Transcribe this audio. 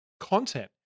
content